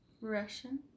Russian